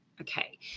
Okay